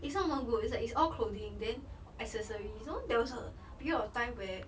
it's not not good it's like it's all clothing then accessories so there was a period of time where